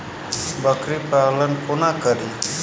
बकरी पालन कोना करि?